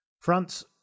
France